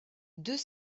deux